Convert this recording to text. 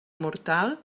mortal